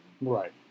Right